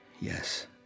Yes